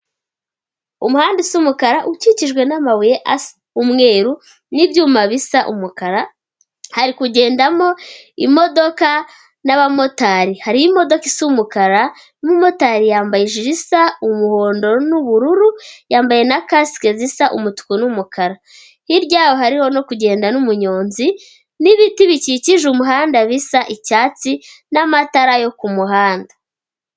Umuhanda usa umukara ukikijwe n'amabuye asa umweru, n'ibyuma bisa umukara, hari kugendamo imodoka n'abamotari, hari imodoka isa umukara n'umumotari yambaye ijiri isa umuhondo n'ubururu, yambaye na kasike zisa umutuku n'umukara, hirya yaho hari no kugenda n'umuyonzi, n'ibiti bikikije umuhanda bisa icyatsi, n'amatara yo ku muhanda.